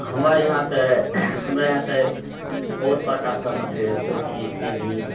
हमर इहाँ तऽ हमर इहाँ तऽ बहुत प्रकारके मछली पोठी सिङ्गही